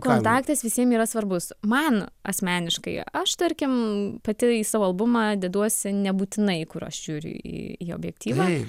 kontaktas visiem yra svarbus man asmeniškai aš tarkim pati į savo albumą deduosi nebūtinai kur aš žiūriu į į objektyvą